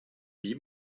wie